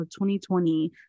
2020